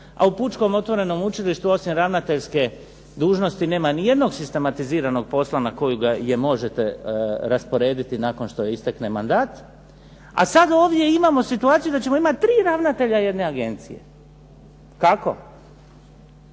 a u Pučkom otvorenom učilištu osim ravnateljske dužnosti nema ni jednog sistematiziranog posla na kojega je možete rasporediti nakon što istekne mandat, a sad ovdje imamo situaciju da ćemo imati 3 ravnatelja jedne agencije. Kako?